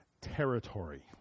territory